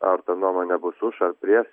ar ta nuomonė bus už ar prieš